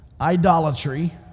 Idolatry